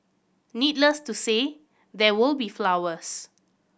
needless to say there will be flowers